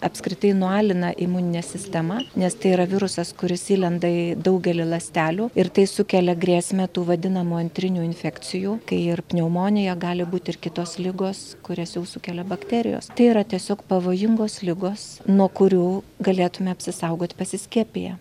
apskritai nualina imuninę sistemą nes tai yra virusas kuris įlenda į daugelį ląstelių ir tai sukelia grėsmę tų vadinamų antrinių infekcijų kai ir pneumonija gali būt ir kitos ligos kurias jau sukelia bakterijos tai yra tiesiog pavojingos ligos nuo kurių galėtume apsisaugot pasiskiepiję